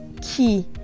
key